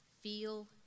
feel